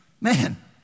Man